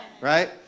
right